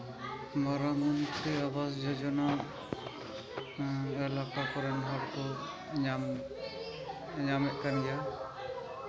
ᱢᱟᱨᱟᱝ ᱢᱚᱱᱛᱨᱤ ᱟᱵᱟᱥ ᱡᱳᱡᱚᱱᱟ ᱮᱞᱟᱠᱟ ᱠᱚᱨᱮᱱ ᱦᱚᱲ ᱠᱚ ᱧᱟᱢ ᱧᱟᱢᱮᱜ ᱠᱟᱱ ᱜᱮᱭᱟ